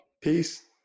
peace